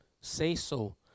say-so